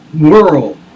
world